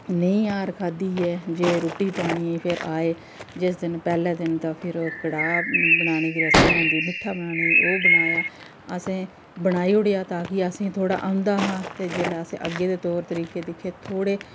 नेईं हार खाद्धी ऐ जे रुट्टी पानी फिर आए जिस दिन पैह्लें दिन दा कडाह् बनाने दी रस्म होंदी मिट्ठा बनाने दी ओह् बनाया असें बनाई ओड़ेआ तां कि असें गी थोह्ड़ा औंदा हा ते जिसलै असें अग्गें दे तौर तरीके दिक्खे थोह्डे़